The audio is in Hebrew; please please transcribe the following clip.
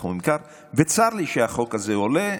וצר לי שהחוק הזה עולה.